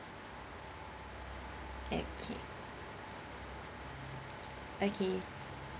okay okay